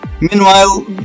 Meanwhile